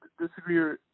disagree